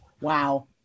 Wow